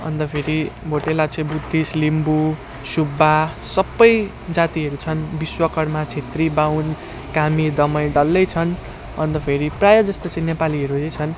अन्त फेरि भोटे लाप्चे बुद्धिस्ट लिम्बू सुब्बा सबै जातिहरू छन् विश्वकर्मा छेत्री बाहुन कामी दमाई डल्लै छन् अन्त फेरि प्रायःजस्तो चाहिँ नेपालीहरू नै छन्